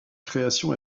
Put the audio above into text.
création